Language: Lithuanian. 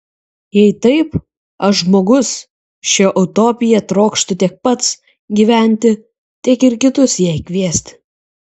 jei taip aš žmogus šia utopija trokštu tiek pats gyventi tiek ir kitus jai kviesti